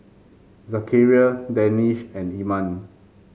Zakaria Danish and Iman